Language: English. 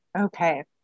Okay